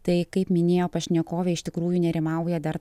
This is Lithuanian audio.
tai kaip minėjo pašnekovė iš tikrųjų nerimauja dar